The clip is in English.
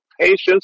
patience